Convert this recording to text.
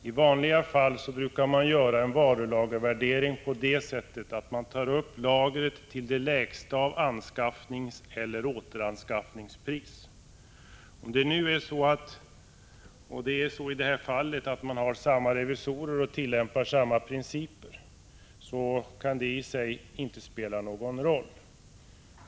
I vanliga fall brukar man vid en varulagervärdering ta upp lagret till det lägsta av anskaffningseller återanskaffningsvärdena. Om man i företagen, som i det här fallet, har samma revisorer och tillämpar samma principer, kan värderingssättet i sig kanske inte spela någon roll.